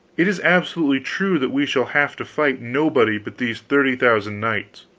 it is absolutely true that we shall have to fight nobody but these thirty thousand knights.